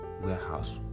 warehouse